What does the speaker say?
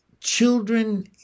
Children